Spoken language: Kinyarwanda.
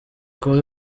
kuba